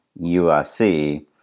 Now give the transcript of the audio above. USC